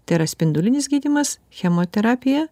tai yra spindulinis gydymas chemoterapija